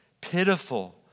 pitiful